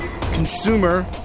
Consumer